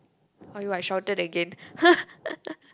oh I shouted again